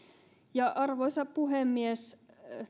arvoisa puhemies